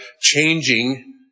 changing